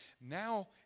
Now